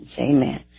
Amen